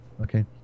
okay